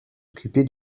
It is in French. occupé